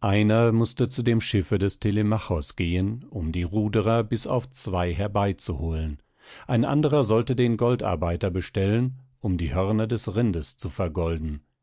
einer mußte zu dem schiffe des telemachos gehen um die ruderer bis auf zwei herbeizuholen ein anderer sollte den goldarbeiter bestellen um die hörner des rindes zu vergolden